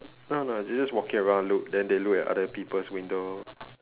no no they just walking around look then they look at other people's window